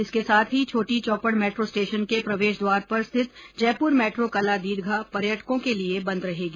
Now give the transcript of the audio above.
इसके साथ ही छोटी चौपड़ मेट्रो स्टेशन के प्रवेश द्वार पर स्थित जयपुर मेट्रो कला दीर्घा पर्यटकों के लिए बंद रहेगी